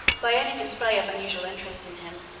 by any display of unusual interest in him,